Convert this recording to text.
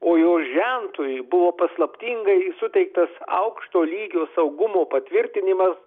o jo žentui buvo paslaptingai suteiktas aukšto lygio saugumo patvirtinimas